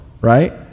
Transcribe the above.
right